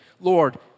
Lord